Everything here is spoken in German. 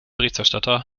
berichterstatter